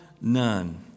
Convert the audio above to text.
none